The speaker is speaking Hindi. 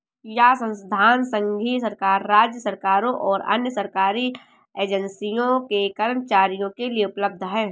यह संसाधन संघीय सरकार, राज्य सरकारों और अन्य सरकारी एजेंसियों के कर्मचारियों के लिए उपलब्ध है